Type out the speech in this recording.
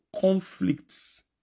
conflicts